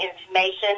information